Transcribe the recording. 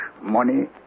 money